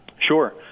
Sure